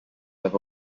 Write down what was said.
have